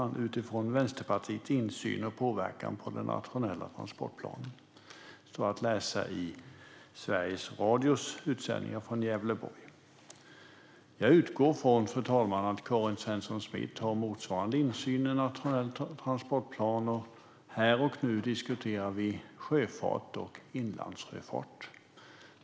Han säger det utifrån Vänsterpartiets insyn och påverkan på den nationella transportplanen. Detta står att läsa på Sveriges Radios P4 Gävleborgs webbplats. Jag utgår, fru talman, från att Karin Svensson Smith har motsvarande insyn i den nationella transportplanen. Här och nu diskuterar vi sjöfart och inlandssjöfart.